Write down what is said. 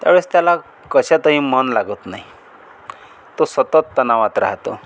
त्या वेळेस त्याला कशातही मन लागत नाही तो सतत तणावात राहतो